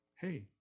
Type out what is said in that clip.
hey